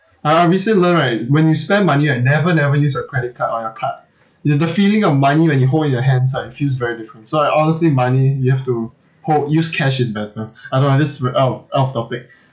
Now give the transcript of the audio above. basically right when you spend money ah never never use your credit card or your card you know the feeling of money when you hold in your hands right it feels very different so I honestly money you have to hold use cash is better I know ah this is a bit out of out of topic